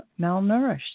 malnourished